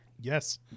yes